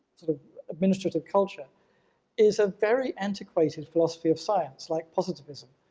sort of administrative culture is a very antiquated philosophy of science, like positivism,